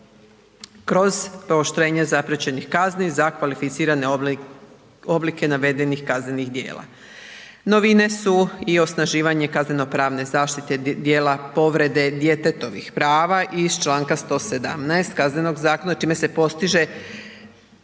kroz pooštrenje zapriječenih kazni za kvalificirane oblike navedenih kaznenih djela. Novine su i osnaživanje kaznenopravne zaštite dijela povrede djetetovih prava iz članka 117. Kaznenog zakona čime se postiže